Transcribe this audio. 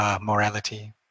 morality